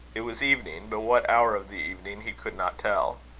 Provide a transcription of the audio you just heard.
it was evening, but what hour of the evening he could not tell.